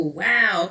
wow